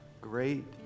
Great